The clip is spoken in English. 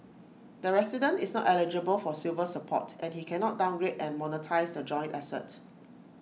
the resident is not eligible for silver support and he cannot downgrade and monetise the joint asset